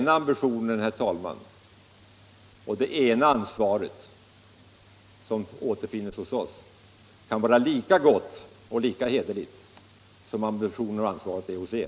Den ambition och det ansvar som återfinns hos oss kan vara och är lika bra och lika hederliga som den ambition och det ansvar som ligger hos er!